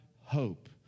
hope